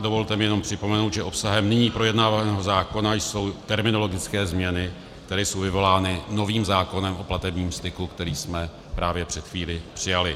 Dovolte mi jenom připomenout, že obsahem nyní projednávaného zákona jsou terminologické změny, které jsou vyvolány novým zákonem o platebním styku, který jsme právě před chvílí přijali.